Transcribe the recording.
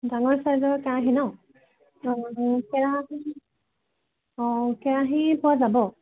ডাঙৰ ছাইজৰ কেৰাহী ন কেৰাহী অঁ কেৰাহী পোৱা যাব